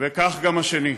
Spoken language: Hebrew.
וכך גם השני.